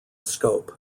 scope